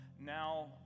now